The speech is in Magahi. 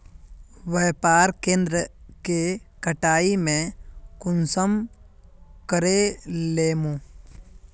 व्यापार केन्द्र के कटाई में कुंसम करे लेमु?